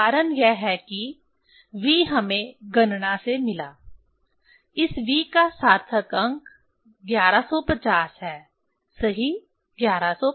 कारण यह है कि v हमें गणना से मिला संदर्भ समय 2312 इस v का सार्थक अंक 1150 है सही 1150